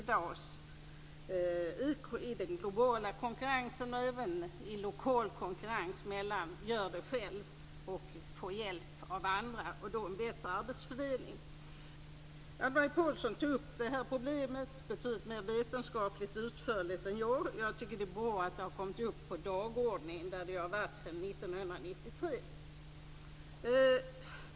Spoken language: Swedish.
Det gäller både i den globala konkurrensen och i den lokala konkurrensen mellan gör-det-själv-insatser och anlitande av andra, vilket kan ge en bättre arbetsfördelning. Anne-Marie Pålsson tog upp det här problemet vetenskapligt och utförligt, och jag tycker att det är bra att det har kommit upp på dagordningen, där det i och för sig har funnits sedan 1993.